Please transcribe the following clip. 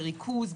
בריכוז,